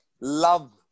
love